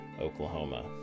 Oklahoma